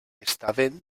estaven